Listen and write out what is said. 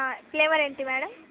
flavour ఏంటి madam